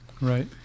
Right